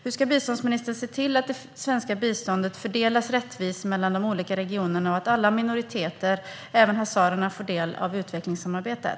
Hur ska biståndsministern se till att det svenska biståndet fördelas rättvist mellan de olika regionerna och att alla minoriteter, även hazarerna, får del av utvecklingssamarbetet?